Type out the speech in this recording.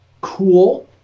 cool